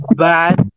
bad